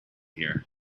here